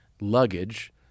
luggage